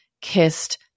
kissed